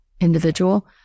individual